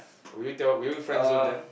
would you tell would you Friendzone them